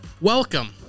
welcome